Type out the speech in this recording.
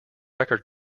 record